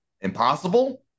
impossible